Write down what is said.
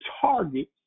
target